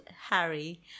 harry